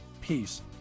peace